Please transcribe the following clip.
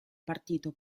partito